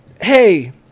hey